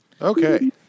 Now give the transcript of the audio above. Okay